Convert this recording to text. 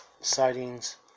sightings